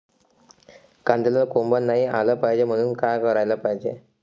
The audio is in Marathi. कांद्याला कोंब नाई आलं पायजे म्हनून का कराच पायजे?